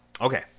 okay